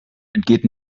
entgeht